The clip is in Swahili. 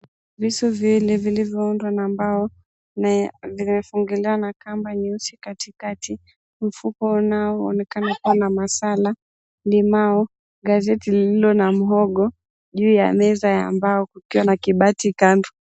Visu viwili vilivyoundwa na mbao na vimefungiliwa na kamba nyeusi katikati, mfupa unao unaonekana kuwa na masala, limau, gazeti lililo na mhogo juu ya meza ya mbao kukiwa na kibati kando.